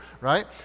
right